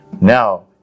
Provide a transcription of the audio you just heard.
Now